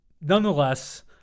Nonetheless